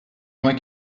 vingt